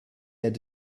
had